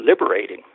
liberating